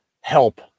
help